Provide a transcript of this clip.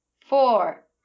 four